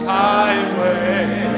highway